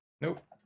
Nope